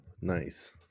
Nice